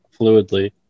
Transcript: fluidly